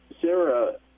sarah